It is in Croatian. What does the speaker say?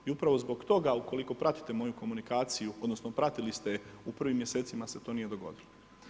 I upravo zbog toga, ukoliko pratite moju komunikaciju, odnosno, pratili ste je u prvim mjesecima se to nije dogodilo.